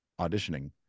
auditioning